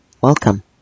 welcome